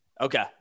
Okay